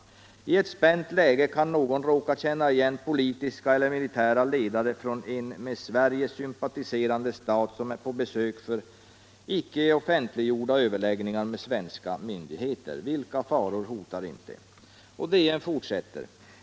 I ett spänt läge kan någon råka känna igen politiska eller militära ledare från en med Sverige sympatiserande stat som är på besök för icke offentliggjorda överläggningar med svenska myndigheter. Vilka faror hotar inte!